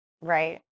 Right